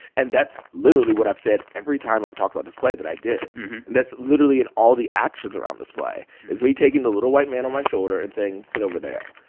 and that's literally what i've said every time i've talked about this play that i did. and that's literally and all the actions around this play is me taking the little white man on my shoulder and saying, sit over there.